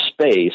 space